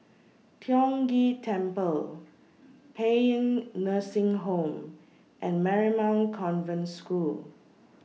Tiong Ghee Temple Paean Nursing Home and Marymount Convent School